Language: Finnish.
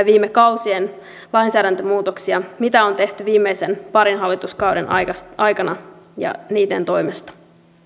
viime kausien lainsäädäntömuutoksia mitä on tehty viimeisen parin hallituskauden aikana aikana ja niiden toimesta